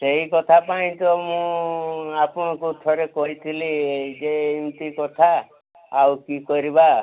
ସେଇ କଥା ପାଇଁ ତ ମୁଁ ଆପଣଙ୍କୁ ଥରେ କହିଥିଲି ଯେ ଏମିତି କଥା ଆଉ କି କରିବା